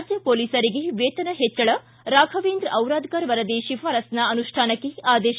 ರಾಜ್ಯ ಪೊಲೀಸರಿಗೆ ವೇತನ ಹೆಚ್ಚಳ ರಾಘವೇಂದ್ರ ಚಿರಾದಕರ್ ವರದಿ ಶಿಫಾರಸ್ಸ್ನ ಅನುಷ್ಠಾನಕ್ಕೆ ಆದೇಶ